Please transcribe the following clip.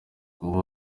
kuba